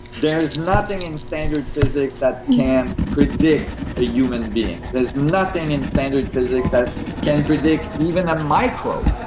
there's nothing in standard physics that can predict the human being. there's nothing in standard physics that can predict even a microbe.